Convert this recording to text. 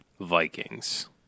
Vikings